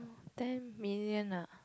ten million ah